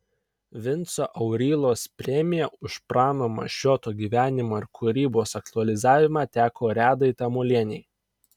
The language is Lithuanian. vinco aurylos premija už prano mašioto gyvenimo ir kūrybos aktualizavimą teko redai tamulienei